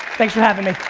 thanks for having me.